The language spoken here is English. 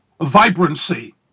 vibrancy